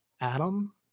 adam